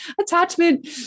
attachment